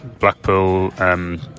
Blackpool